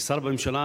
כשר בממשלה,